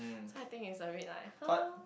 so I think it's a bit like !huh!